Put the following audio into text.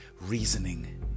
reasoning